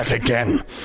again